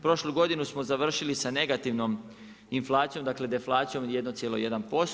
Prošlu godinu smo završili sa negativnom inflacijom, dakle, deflacijom od 1,1%